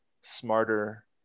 smarter